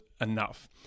enough